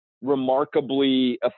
remarkably